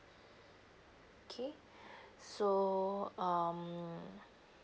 okay so um